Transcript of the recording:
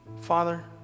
Father